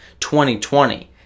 2020